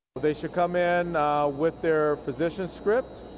they should come in with their physician script.